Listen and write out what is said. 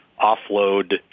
offload